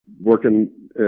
working